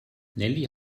nelly